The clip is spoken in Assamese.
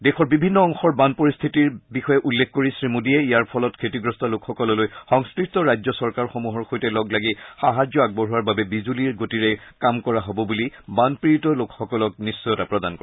দেশৰ বিভিন্ন অংশৰ বান পৰিস্থিতিৰ বিষয়ে উল্লেখ কৰি শ্ৰীমোদীয়ে ইয়াৰ ফলত ক্ষতিগ্ৰস্ত লোকসকললৈ সংশ্লিষ্ট ৰাজ্য চৰকাৰসমূহৰ সৈতে লগলাগি সাহায্য আগবঢ়োৱাৰ বাবে বিজুলীৰ গতিৰে কাম কৰা হ'ব বুলি বানপীড়িত লোকসকলক নিশ্চয়তা প্ৰদান কৰে